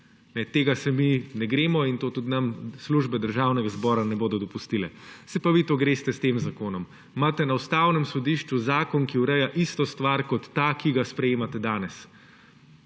Tega se mi ne gremo in nam tudi službe Državnega zbora ne bodo dopustile. Se pa vi to greste s tem zakonom. Imate na Ustavnem sodišču zakon, ki ureja isto stvar, kot ta, ki ga sprejemate danes.